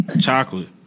chocolate